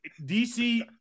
dc